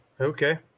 Okay